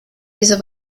diese